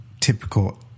typical